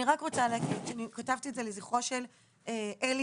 אני רק רוצה להגיד, שאני כתבתי את זה לזכרו של אלי